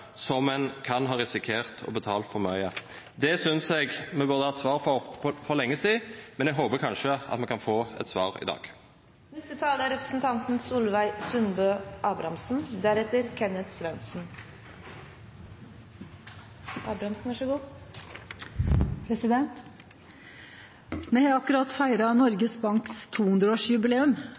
som ein kan ha risikert å ha betalt for mykje? Dette synest eg me burde hatt svar på for lenge sidan, men eg håper at me kanskje kan få eit svar i